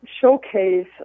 showcase